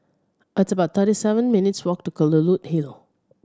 at about thirty seven minutes' walk to Kelulut Hill